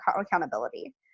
accountability